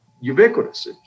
ubiquitous